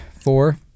four